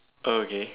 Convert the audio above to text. oh okay